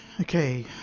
Okay